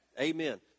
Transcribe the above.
amen